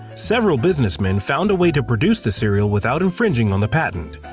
several businessmen found a way to produce the cereal without infringing on the patent.